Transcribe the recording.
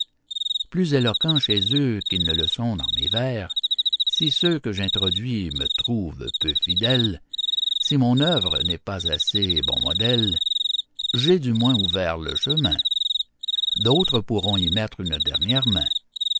plus éloquents chez eux qu'ils ne sont dans mes vers si ceux que j'introduis me trouvent peu fidèle si mon œuvre n'est pas un assez bon modèle j'ai du moins ouvert le chemin d'autres pourront y mettre une dernière main